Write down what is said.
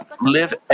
live